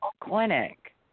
clinic